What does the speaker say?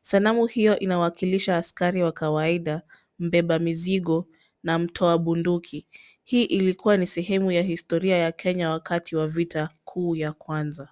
Sanamu hiyo inawakilisha askari wa kawaida, mbeba mizigo na mtua bunduki. Hii ilikuwa sehemu ya historia ya Kenya wakati wa Vita Kuu ya Kwanza.